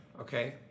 okay